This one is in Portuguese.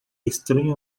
estranho